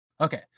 Okay